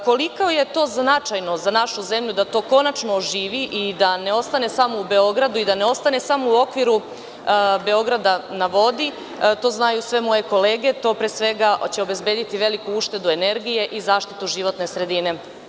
Koliko je to značajno za našu zemlju, da to konačno oživi, da ne ostane samo u Beogradu i da ne ostane samo u okviru „Beograda na vodi“, to znaju sve moje kolege, to će pre svega obezbediti veliku uštedu energije i zaštitu životne sredine.